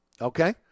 okay